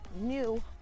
new